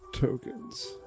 Tokens